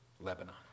Lebanon